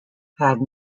had